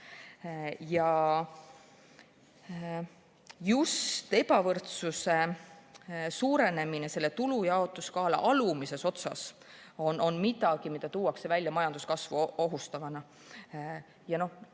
Just ebavõrdsuse suurenemine selle tulu jaotumise skaala alumises otsas on midagi, mida tuuakse välja majanduskasvu ohustavana. Kõige